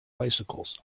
bicycles